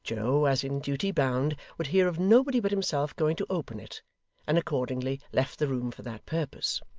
joe, as in duty bound, would hear of nobody but himself going to open it and accordingly left the room for that purpose.